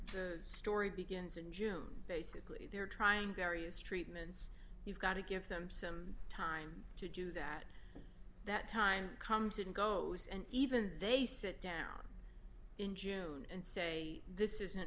the story begins in june basically they're trying various treatments you've got to give them some time to do that that time comes and goes and even they sit down in june and say this isn't